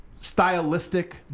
stylistic